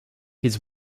his